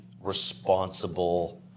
responsible